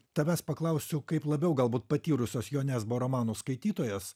tavęs paklausiu kaip labiau galbūt patyrusios jo nesbo romano skaitytojos